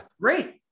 Great